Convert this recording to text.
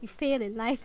you fail in life